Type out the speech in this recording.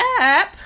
up